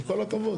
עם כל הכבוד.